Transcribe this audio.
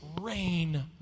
rain